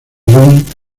irún